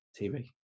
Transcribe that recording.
TV